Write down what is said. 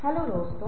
नमस्कार दोस्तों